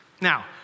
Now